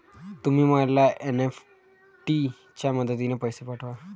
तुम्ही मला फक्त एन.ई.एफ.टी च्या मदतीने पैसे पाठवा